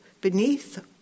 beneath